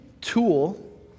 tool